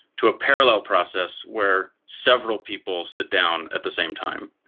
to a parallel process where several people sit down at the same time.